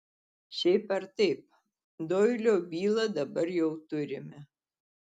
šiaip ar taip doilio bylą dabar jau turime